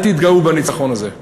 אל תתגאו בניצחון הזה,